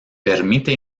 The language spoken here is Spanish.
permite